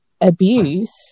abuse